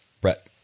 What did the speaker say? Brett